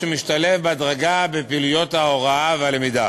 שמשתלב בהדרגה בפעילויות ההוראה והלמידה,